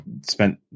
spent